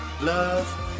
love